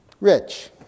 Rich